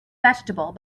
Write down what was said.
vegetable